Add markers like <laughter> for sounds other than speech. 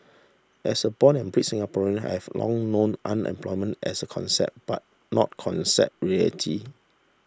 as a born and bred Singaporean I have long known unemployment as a concept but not <unintelligible> reality